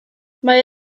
mae